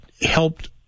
helped